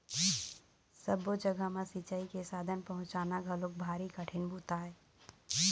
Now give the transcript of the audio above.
सब्बो जघा म सिंचई के साधन पहुंचाना घलोक भारी कठिन बूता आय